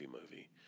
movie